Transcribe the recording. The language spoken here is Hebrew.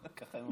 כך הם אמרו.